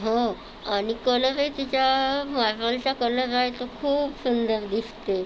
हो आणि कलरही तिचा मार्बलचा कलर आहे तो खूप सुंदर दिसते